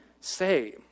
say